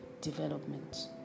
development